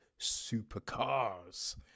supercars